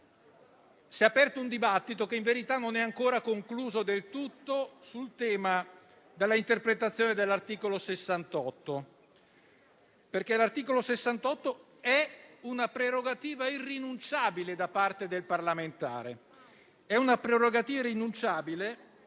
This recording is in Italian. si è aperto un dibattito, che in verità non è ancora concluso del tutto, sul tema dell'interpretazione dell'articolo 68. L'articolo 68 è una prerogativa irrinunciabile da parte del parlamentare;